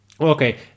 Okay